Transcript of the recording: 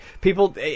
People